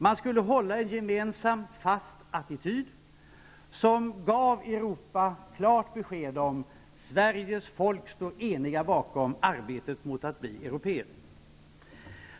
Man skulle hålla en gemensam fast attityd som gav Europa klart besked om att Sveriges folk står enigt bakom arbetet för att bli européer.